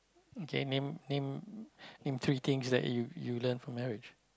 okay name name name three things that you you learnt from marriage